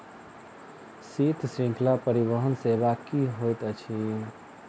शीत श्रृंखला परिवहन सेवा की होइत अछि?